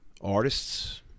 Artists